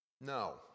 No